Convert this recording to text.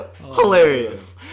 Hilarious